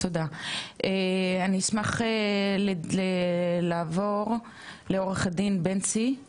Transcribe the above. תודה, אני אשמח לעבור לעו"ד בן ציון פיגלסון,